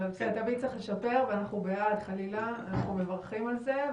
אבל תמיד צריך לשפר ואנחנו בעד ואנחנו מברכים על זה.